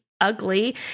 ugly